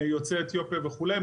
יוצאי אתיופיה וכולי.